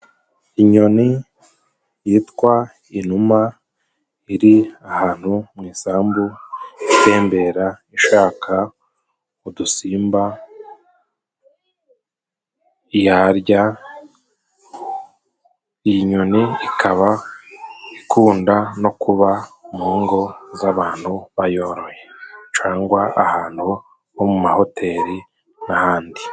Inyoni yitwa inuma iri ahantu mu isambu itembera ishaka udusimba yarya. Iyi nyoni ikaba ikunda no kuba mu ngo z'abantu bayoroye, cangwa ahantu ho mu mahoteli n'ahandi.